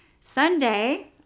Sunday